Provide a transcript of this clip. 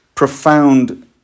profound